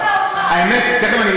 כמובן,